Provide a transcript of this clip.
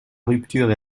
rupture